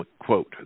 Quote